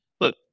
look